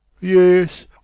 Yes